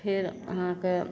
फेर अहाँके